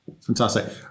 Fantastic